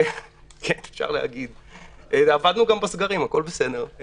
עבדנו גם בסגרים, הכול בסדר.